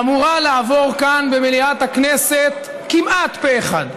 אמורה לעבור כאן, במליאת הכנסת, כמעט פה אחד.